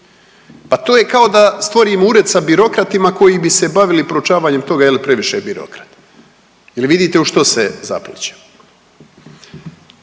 Pa to je kao da stvorimo ured sa birokratima koji bi se bavili proučavanjem toga je li previše birokrat. Je li vidite u što se zaplićemo?